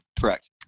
Correct